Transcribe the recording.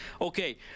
Okay